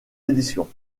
éditions